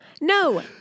No